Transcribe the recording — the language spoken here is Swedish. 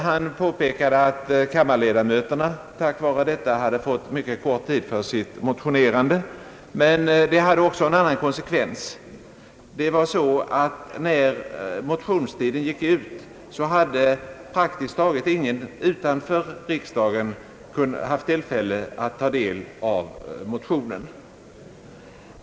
Han påpekade att kammarledamöterna tack vare detta förhållande fått mycket kort tid för sitt motionerande. Men det hade också en annan konsekvens. När motionstiden gick ut hade praktiskt taget ingen utanför riksdagen haft tillfälle att ta del av propositionen.